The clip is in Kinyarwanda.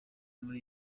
muri